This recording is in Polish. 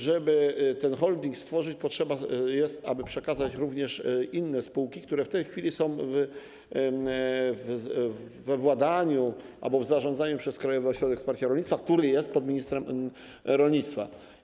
Żeby ten holding stworzyć, jest potrzeba, aby przekazać również inne spółki, które w tej chwili są we władaniu albo w zarządzaniu Krajowego Ośrodka Wsparcia Rolnictwa, który jest pod ministrem rolnictwa.